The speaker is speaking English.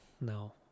no